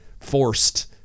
forced